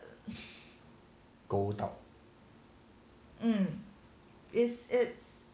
go doubt